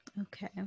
okay